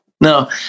no